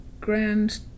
grand